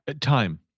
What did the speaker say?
Time